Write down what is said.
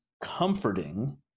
comforting